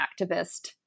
activist